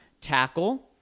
Tackle